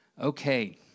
Okay